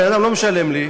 הבן-אדם לא משלם לי,